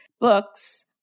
books